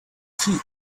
feet